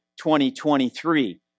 2023